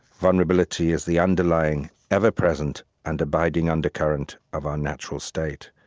vulnerability is the underlying, ever present and abiding undercurrent of our natural state.